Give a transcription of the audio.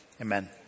amen